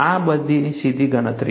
આ સીધી ગણતરી છે